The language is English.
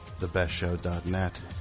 TheBestShow.net